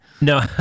No